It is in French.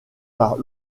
par